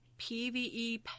PVE